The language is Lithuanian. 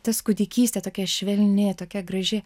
tas kūdikystė tokia švelni tokia graži